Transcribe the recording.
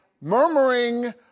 Murmuring